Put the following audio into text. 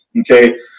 Okay